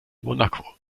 monaco